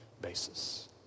basis